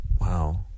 wow